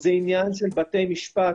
זה עניין של בתי משפט,